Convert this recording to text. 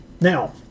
Now